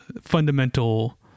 fundamental